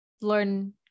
learn